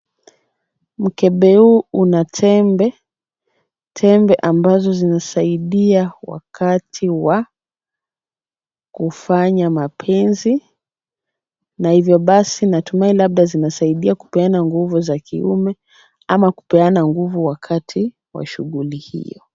Mkebe huu una tembe. Tembe ambazo zinasaidia wakati wa kufanya mapenzi na hivyo basi natumai labda zinasaidia kupeana nguvu za kiume ama kupeana nguvu wakati wa shughuli hiyo.